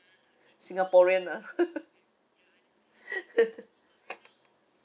singaporean ah